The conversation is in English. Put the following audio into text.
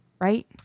Right